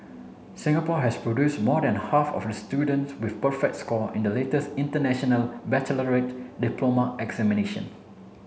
Singapore has produce more than half of the students with perfect score in the latest International Baccalaureate diploma examination